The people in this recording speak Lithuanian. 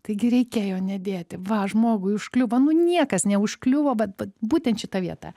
taigi reikėjo nedėti va žmogui užkliuvo nu niekas neužkliuvo vat vat būtent šita vieta